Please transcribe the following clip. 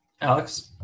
Alex